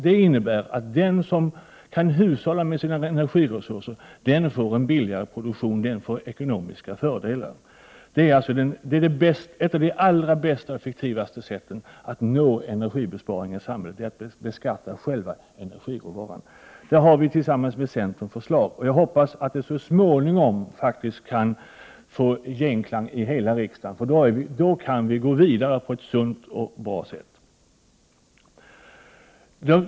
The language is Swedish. Detta innebär att den som kan hushålla med sina energiresurser får en billigare produktion och ekonomiska fördelar. Ett av de allra bästa och effektivaste sätten att uppnå energisparande i samhället är alltså att beskatta själva energiråvaran. Om detta har vi lagt fram förslag tillsammans med centern. Jag hoppas att dessa tankegångar så småningom kan få genklang i hela riksdagen, så att vi kan gå vidare på ett sunt och bra sätt.